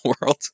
world